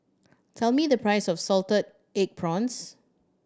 tell me the price of salted egg prawns